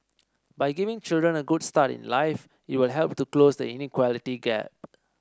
by giving children a good start in life it will help to close the inequality gap